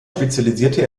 spezialisierte